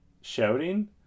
shouting